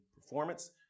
performance